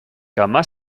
kama